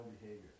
behavior